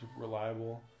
reliable